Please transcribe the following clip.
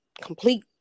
complete